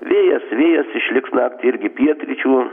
vėjas vėjas išliks naktį irgi pietryčių